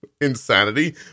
insanity